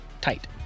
tight